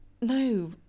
no